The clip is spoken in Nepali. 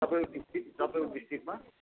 तपाईँको तपाईँको मा